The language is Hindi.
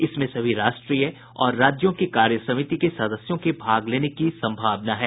इसमें सभी राष्ट्रीय और राज्यों के कार्यसमिति के सदस्यों को भाग लेने की संभावना है